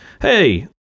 hey